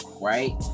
Right